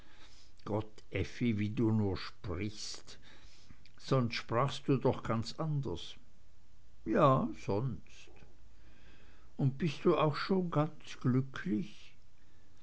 gott effi wie du nur sprichst sonst sprachst du doch ganz anders ja sonst und bist du auch schon ganz glücklich